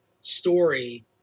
story